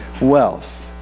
wealth